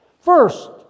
First